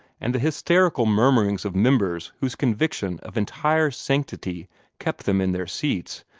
and the hysterical murmurings of members whose conviction of entire sanctity kept them in their seats,